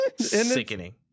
Sickening